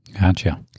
Gotcha